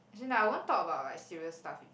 as in like I won't talk about like serious stuff with him